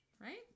Right